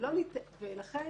ולכן